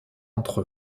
entre